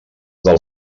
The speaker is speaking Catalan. del